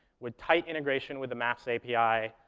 with tight integration with the maps api,